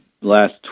last